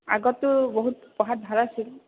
আগততো বহুত পঢ়াত ভাল আছিল